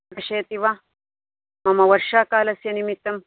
दर्शयति वा मम वर्षाकालस्य निमित्तं